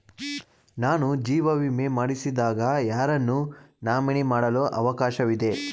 ನಾನು ಜೀವ ವಿಮೆ ಮಾಡಿಸಿದಾಗ ಯಾರನ್ನು ನಾಮಿನಿ ಮಾಡಲು ಅವಕಾಶವಿದೆ?